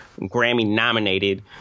Grammy-nominated